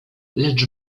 lecz